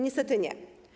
Niestety nie.